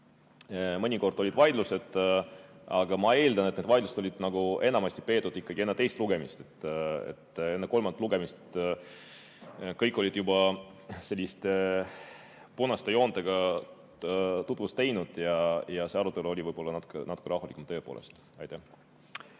Mõnikord olid vaidlused, aga ma eeldan, et need vaidlused olid enamasti peetud ikkagi enne teist lugemist. Enne kolmandat lugemist olid kõik juba selliste punaste joontega tutvust teinud ja see arutelu oli võib-olla tõepoolest natuke